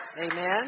Amen